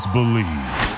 Believe